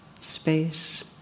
space